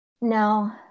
no